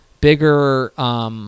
bigger